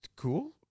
cool